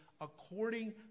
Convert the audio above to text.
according